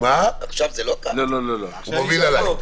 הוא מוביל עליי.